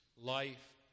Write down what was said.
life